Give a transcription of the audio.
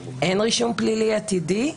אין רישום פלילי עתידי.